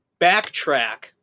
backtrack